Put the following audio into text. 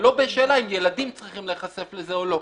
ולא בשאלה אם ילדים צריכים להיחשף לזה או לא.